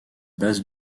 basse